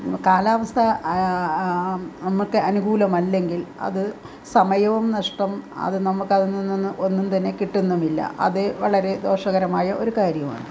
കാലാവസ്ഥ നമുക്ക് അനുകൂലമല്ലെങ്കിൽ അത് സമയവും നഷ്ടം നമുക്ക് അതിൽ നിന്ന് ഒന്നും തന്നെ കിട്ടുന്നുമില്ല അത് വളരെ ദോഷകരമായ ഒരു കാര്യമാണ്